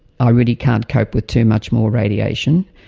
ah really can't cope with too much more radiation.